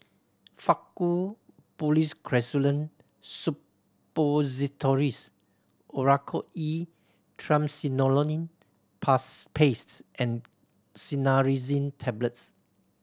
Faktu Policresulen Suppositories Oracort E Triamcinolone Past Pastes and Cinnarizine Tablets